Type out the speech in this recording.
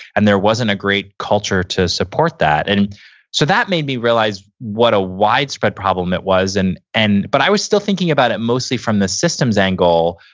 and there wasn't a great culture to support that. and so, that made me realize what a widespread problem it was, and and but i was still thinking about it mostly from the systems angle,